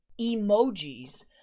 emojis